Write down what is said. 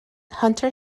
hunter